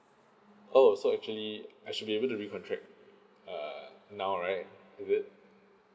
oh so actually I should be able to recontract uh now right is it